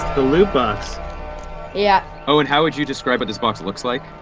the loot box yeah owen, how would you describe what this box looks like?